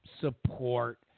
support